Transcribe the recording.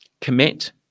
commit